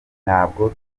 ntabwo